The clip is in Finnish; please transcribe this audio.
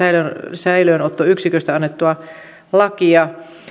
säilöönottoyksiköistä annettua lakia